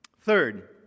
Third